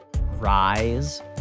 rise